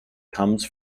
comes